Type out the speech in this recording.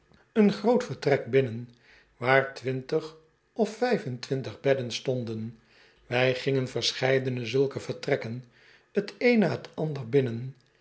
een groot vertrek binnen waar twintig of vijf en twintig bedden stonden wij gingen verscheidene zulke vertrekken t een na t ander binnen